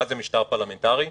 מה זה משטר פרלמנטרי.